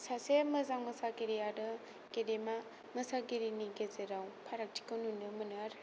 सासे मोजां मोसागिरि आरो गेदेमा मोसागिरिनि गेजेराव फारागथिखौ नुनो मोनो आरो